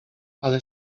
ale